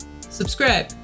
subscribe